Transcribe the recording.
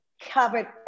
covered